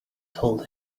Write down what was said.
told